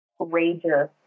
rager